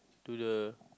to the